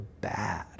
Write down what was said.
bad